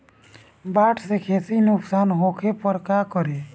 बाढ़ से खेती नुकसान होखे पर का करे?